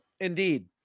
Indeed